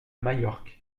majorque